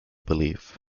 belief